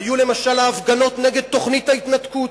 היו למשל ההפגנות נגד תוכנית ההתנתקות,